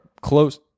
close